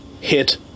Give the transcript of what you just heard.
hit